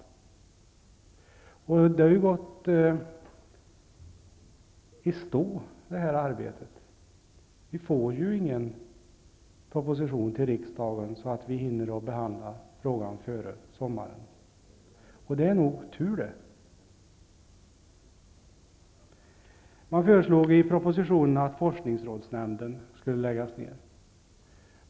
Det här arbetet har gått i stå. Vi får ingen proposition till riksdagen så att vi hinner behandla frågan före sommaren. Det är nog tur det. Man föreslog i den nu aktuella propositionen att forskningsrådsnämnden skulle läggas ned.